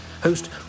host